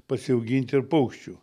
pasiaugint ir paukščių